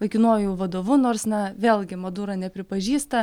laikinuoju vadovu nors na vėlgi madura nepripažįsta